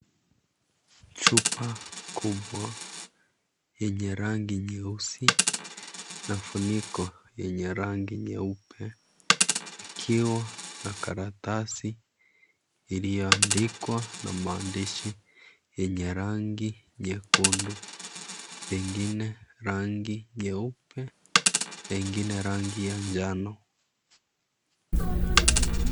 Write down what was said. Chupa kubwa yenye rangi nyeusi na ufuniko yenye rangi nyeupe ikiwa nakaratasai iliyoandikwa na maandishi yenye rangi nyekundu, pengine rangine nyeupe, pengine rangi ya njano.